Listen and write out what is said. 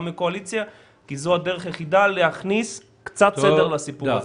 גם מהקואליציה כי זו הדרך היחידה להכניס קצת סדר לסיפור הזה.